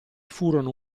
furono